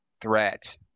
threat